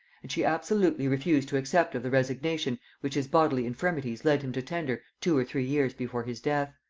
and she absolutely refused to accept of the resignation which his bodily infirmities led him to tender two or three years before his death.